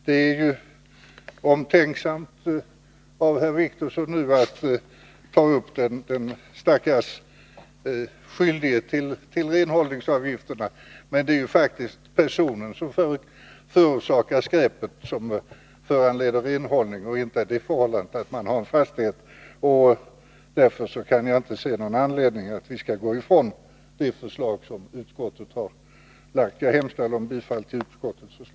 Det är omtänksamt av Åke Wictorsson att ta hänsyn till dem som är skyldiga att betala renhållningsavgifterna. Men det är faktiskt den person som har förorsakat nedskräpningen som får bekosta renhållningen och inte fastigheten. Jag kan därför inte se någon anledning att gå ifrån utskottets förslag utan hemställer om bifall till detsamma.